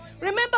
Remember